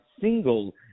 single